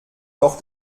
doch